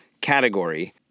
category